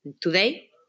today